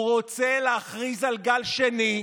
הוא רוצה להכריז על גל שני.